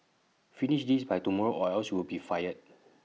finish this by tomorrow or else you'll be fired